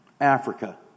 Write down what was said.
Africa